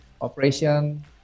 operation